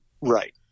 Right